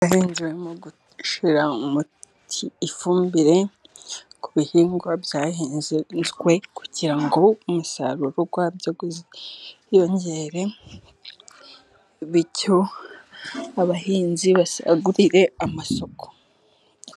Abahinzi barimo gushyira ifumbire ku bihingwa byahinzwe, kugira ngo umusaruro wabyo uziyongere, bityo abahinzi basagurire amasoko.